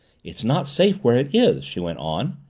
it's not safe where it is, she went on,